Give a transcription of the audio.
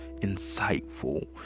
insightful